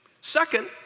Second